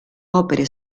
opere